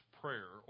prayer